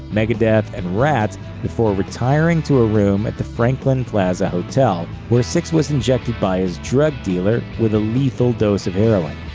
megadeth and ratt before retiring to a room at the franklin plaza hotel, where sixx was injected by his drug dealer with a lethal dose of heroin.